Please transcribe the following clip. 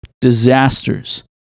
disasters